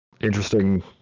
interesting